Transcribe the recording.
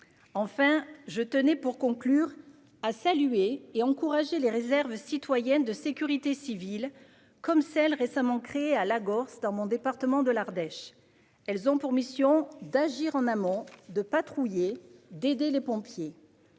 conclure, je tenais à saluer et à encourager les réserves citoyennes de sécurité civile, comme celle récemment créée à Lagorce, dans mon département, l'Ardèche. Elles ont pour mission d'agir en amont, de patrouiller et d'aider les pompiers.